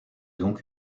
donc